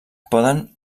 poden